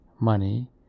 Money